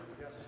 Yes